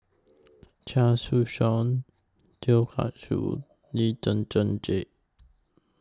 Chia Su Suan Teo Car Choo Lee Zhen Zhen Jane